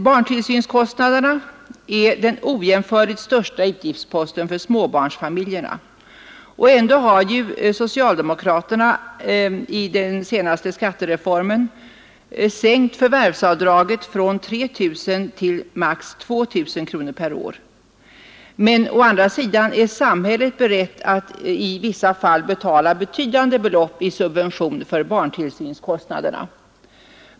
Barntillsynskostnaderna är den ojämförligt största utgiftsposten för småbarnsfamiljerna, och ändå har socialdemokraterna i den senaste skattereformen sänkt förvärvsavdraget från 3 000 till maximalt 2 000 kronor per år. Å andra sidan är samhället berett att i vissa fall betala betydande belopp i subvention för barntillsynskostnaderna.